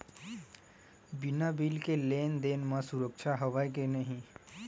बिना बिल के लेन देन म सुरक्षा हवय के नहीं?